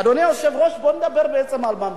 אדוני היושב-ראש, בוא נדבר בעצם על מה מדובר,